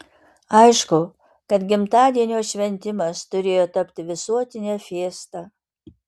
aišku kad gimtadienio šventimas turėjo tapti visuotine fiesta